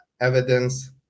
evidence